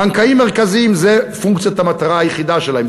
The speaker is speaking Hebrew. בנקאים מרכזיים זה פונקציית המטרה היחידה שלהם,